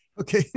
Okay